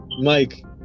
Mike